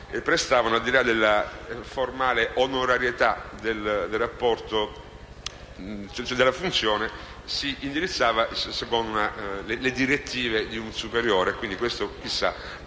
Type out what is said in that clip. prestavano, al di là della formale onorarietà della funzione, si indirizzava secondo le direttive di un superiore e questo potrebbe